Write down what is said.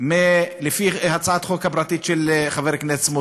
לפי הצעת החוק הפרטית של חבר הכנסת סמוטריץ.